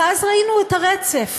אז ראינו את הרצף.